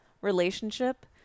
relationship